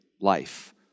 life